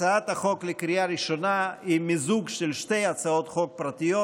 הצעת החוק לקריאה ראשונה היא מיזוג של שתי הצעות חוק פרטיות,